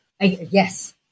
Yes